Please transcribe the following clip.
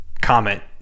comment